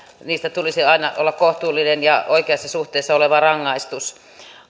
niistä tulisi aina tulla kohtuullinen ja oikeassa suhteessa oleva rangaistus